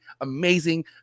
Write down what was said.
amazing